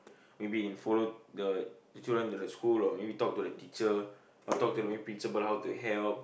maybe in follow the children to the school or maybe talk to the teacher or talk to maybe principal how to help